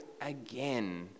again